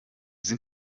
sind